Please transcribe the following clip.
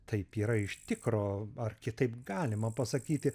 taip yra iš tikro ar kitaip galima pasakyti